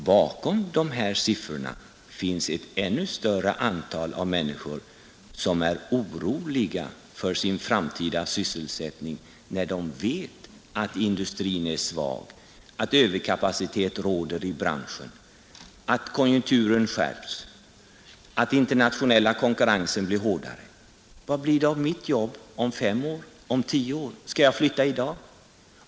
Bakom de här siffrorna finns ett ännu större antal människor som är oroliga för sin framtida sysselsättning när de vet att industrin är svag, att överkapacitet råder i branschen, att konjunkturen skärps, att den internationella konkurrensen blir hårdare. Många frågar sig: Vad blir det av mitt jobb om fem år, om tio år? Skall jag flytta i dag?